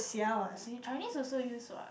see Chinese also use [what]